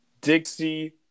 Dixie